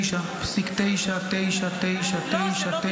-- ב-99.99999% -- לא, זה לא